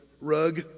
rug